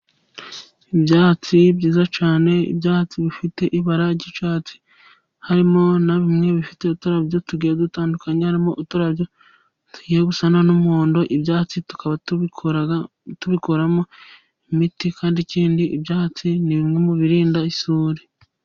Ibyatsi byiza cyane, ibyatsi bifite ibara ry’icyatsi. Harimo na bimwe bifite uturabyo tugiye dutandukanye, harimo uturabyo tugiye gusa n’umuhondo. Ibyatsi tukaba tubikoramo imiti. Kandi ikindi, ibyatsi ni bimwe mu birinda isuri.